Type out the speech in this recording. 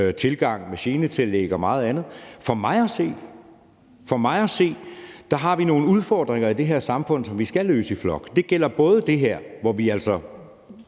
tilgang med genetillæg og meget andet. For mig at se har vi nogle udfordringer i det her samfund, som vi skal løse i flok. Det gælder både det her, hvor vi altså